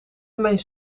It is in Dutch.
mijn